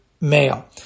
male